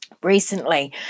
recently